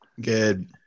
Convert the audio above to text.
Good